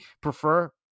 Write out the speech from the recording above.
prefer